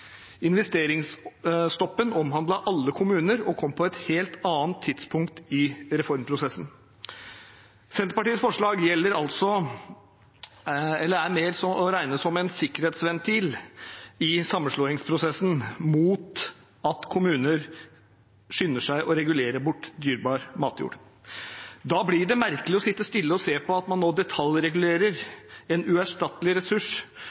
Investeringsstoppen omhandlet alle kommuner og kom på et helt annet tidspunkt i reformprosessen. Senterpartiets forslag er mer å regne som en sikkerhetsventil i sammenslåingsprosessen mot at kommuner skynder seg å regulere bort dyrebar matjord. Da blir det merkelig å sitte stille og se på at man nå detaljregulerer en uerstattelig ressurs